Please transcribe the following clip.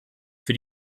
für